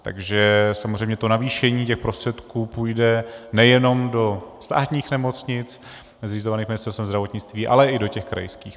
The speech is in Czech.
Takže samozřejmě navýšení těch prostředků půjde nejenom do státních nemocnic zřizovaných Ministerstvem zdravotnictví, ale i do těch krajských.